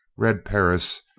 red perris,